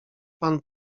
pan